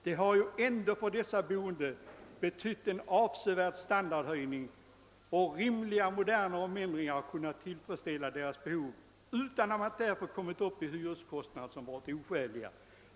Det har ändå för dessa boende blivit en avsevärd standardhöjning, och rimliga moderna omändringar har kunnat tillfredsställa deras behov utan att man därför kommit upp i hyreskostnader som varit oskäli ga.